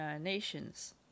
nations